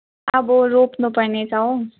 अब रोप्नु पर्नेछ हौ